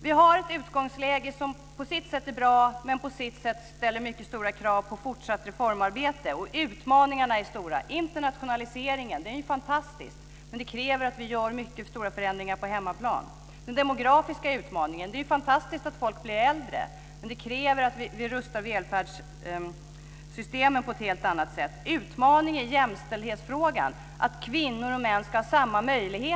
Vi har ett utgångsläge som på sitt sätt är bra, men som på sitt sätt ställer mycket stora krav på fortsatt reformarbete. Utmaningarna är stora. Internationaliseringen är fantastisk, men den kräver att vi gör stora förändringar på hemmaplan. Sedan är det den demografiska utmaningen. Det är fantastiskt att folk blir äldre, men det kräver att vi rustar välfärdssystemen på ett helt annat sätt. Utmaningen finns i jämställdhetsfrågan, att kvinnor och män ska ha samma möjligheter.